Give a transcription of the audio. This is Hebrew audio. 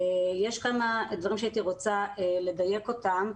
יש כמה דברים שהייתי רוצה לדייק אותם.